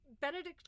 Benedict